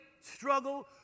struggle